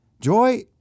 Joy